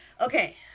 okay